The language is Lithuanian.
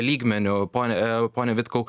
lygmeniu pone vitkau